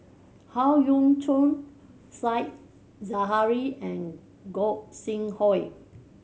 Howe Yoon Chong Said Zahari and Gog Sing Hooi